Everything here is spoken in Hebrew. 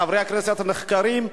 חברי כנסת נחקרים,